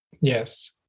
Yes